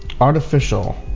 Artificial